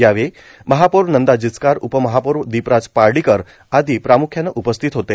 यावेळी महापौर नंदा जिचकार उपमहापौर दीपराज पार्डीकर आदी प्राम्ख्याने उपस्थित होते